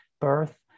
birth